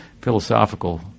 philosophical